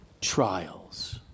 trials